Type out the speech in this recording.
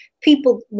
people